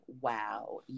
Wow